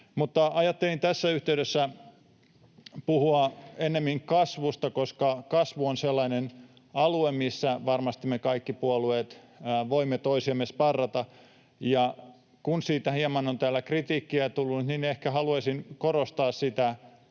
Ajattelin tässä yhteydessä puhua ennemmin kasvusta, koska kasvu on sellainen alue, missä varmasti me kaikki puolueet voimme toisiamme sparrata. Kun siitä hieman on täällä kritiikkiä tullut, niin ehkä haluaisin korostaa sitä